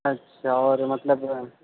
اچھا اور مطلب